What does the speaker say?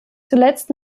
zuletzt